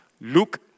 Luke